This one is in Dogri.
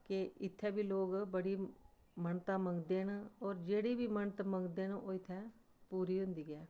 के इत्थै बी लोक बड़ी मन्नतां मंग्गदे न होर जेह्ड़ी बी मन्नत मंग्गदे न ओह् इत्थै पूरी होंदी ऐ